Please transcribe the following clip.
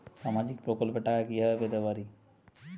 সামাজিক প্রকল্পের টাকা কিভাবে পেতে পারি?